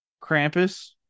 Krampus